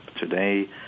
today